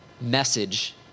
message